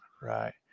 Right